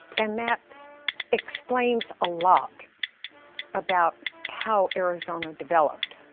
and that explains a lot about how arizona developed.